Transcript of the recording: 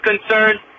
concerned